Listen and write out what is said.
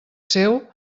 seu